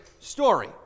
story